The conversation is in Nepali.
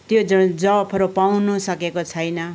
त्यो जबहरू पाउँन सकेको छैन